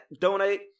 donate